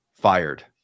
fired